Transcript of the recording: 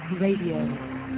Radio